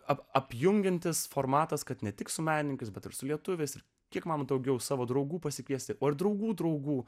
apjungiantis formatas kad ne tik su menininkais bet ir su lietuviais ir kiek man daugiau savo draugų pasikviesti draugų draugų